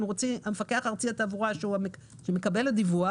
המפקח הארצי על התעבורה שהוא מקבל הדיווח